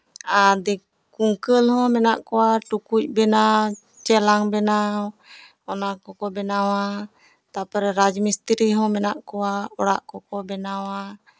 ᱟᱨ ᱫᱤᱠᱩ ᱠᱩᱝᱠᱟᱹᱞ ᱦᱚᱸ ᱢᱮᱱᱟᱜ ᱠᱚᱣᱟ ᱴᱩᱠᱩᱪ ᱵᱮᱱᱟᱣ ᱪᱮᱞᱟᱝ ᱵᱮᱱᱟᱣ ᱚᱱᱟ ᱠᱚᱠᱚ ᱵᱮᱱᱟᱣᱟ ᱛᱟᱨᱯᱚᱨᱮ ᱨᱟᱡᱽ ᱢᱤᱥᱛᱤᱨᱤ ᱦᱚᱸ ᱢᱮᱱᱟᱜ ᱠᱚᱣᱟ ᱚᱲᱟᱜ ᱠᱚᱠᱚ ᱵᱮᱱᱟᱣᱟ